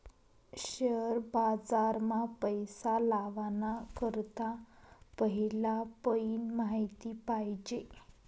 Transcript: share बाजार मा पैसा लावाना करता पहिला पयीन माहिती पायजे